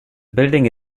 building